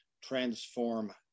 transform